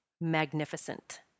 magnificent